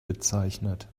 bezeichnet